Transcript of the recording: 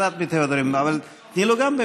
אז את אבל תני לו גם,